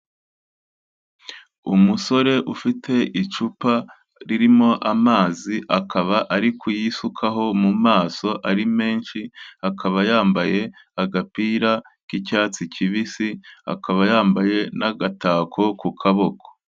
Umusore ufite icupa ririmo amazi, akaba ari kuyisukaho mu maso, ari menshi, akaba yambaye agapira k'icyatsi kibisi, akaba yambaye n'agatako ku kaboko.